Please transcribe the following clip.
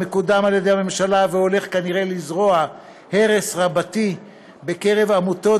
המקודם על ידי הממשלה והולך כנראה לזרוע הרס רבתי בקרב עמותות,